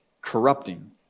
Corrupting